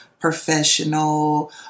professional